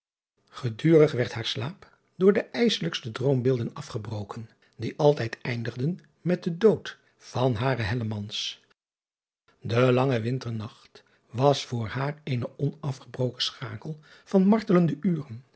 edurig werd haar slaap door de ijsselijkste droombeelden afgebroken die altijd eindigden met den dood van haren e lange winternacht was voor haar eene onafgebroken schakel van martelende uren